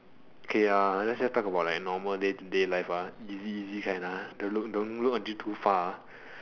okay uh let's just talk about like normal day to day life ah easy easy kind ah don't look don't look until too far ah